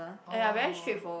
oh